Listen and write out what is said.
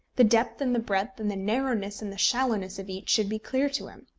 the depth and the breadth, and the narrowness and the shallowness of each should be clear to him.